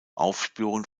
aufspüren